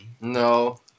No